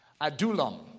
Adulam